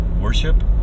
worship